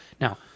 now